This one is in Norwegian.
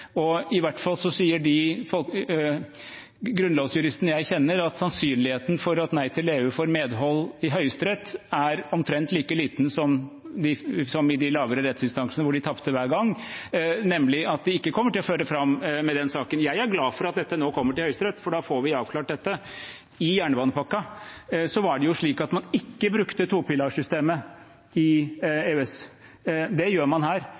Og i hvert fall sier de grunnlovsjuristene jeg kjenner, at sannsynligheten for at Nei til EU får medhold i Høyesterett, er omtrent like liten som i de lavere rettsinstansene, hvor de tapte hver gang, nemlig at de ikke kommer til å vinne fram med den saken. Jeg er glad for at dette nå kommer til Høyesterett, for da får vi avklart dette. I jernbanepakken var det jo slik at man ikke brukte topilarsystemet i EØS. Det gjør man her,